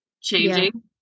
changing